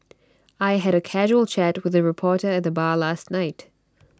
I had A casual chat with A reporter at the bar last night